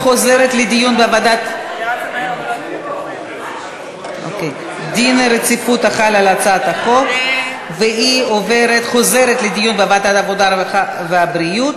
רצונה להחיל דין רציפות על הצעת חוק לתיקון פקודת הרוקחים